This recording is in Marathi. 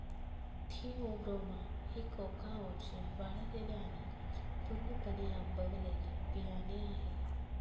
थिओब्रोमा हे कोकाओचे वाळलेले आणि पूर्णपणे आंबवलेले बियाणे आहे